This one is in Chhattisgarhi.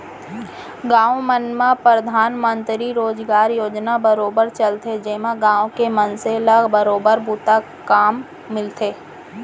गाँव मन म परधानमंतरी रोजगार योजना बरोबर चलथे जेमा गाँव के मनसे ल बरोबर बूता काम मिलथे